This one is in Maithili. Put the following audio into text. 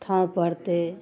ठाँव पड़तै